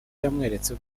yamweretse